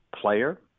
player